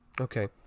Okay